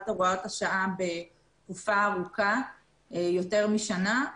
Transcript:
הוראות השעה בתקופה ארוכה יותר משנה.